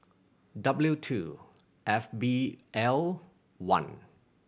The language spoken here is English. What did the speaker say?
W two F B L one